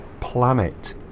Planet